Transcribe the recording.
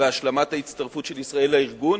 והשלמת ההצטרפות של ישראל לארגון.